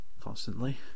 constantly